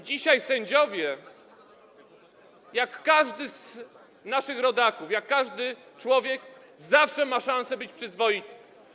Dzisiaj sędzia, jak każdy z naszych rodaków, jak każdy człowiek, zawsze ma szansę być przyzwoity.